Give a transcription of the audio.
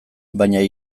baina